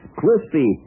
crispy